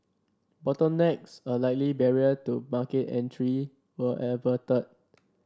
bottlenecks a likely barrier to market entry were averted